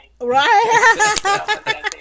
Right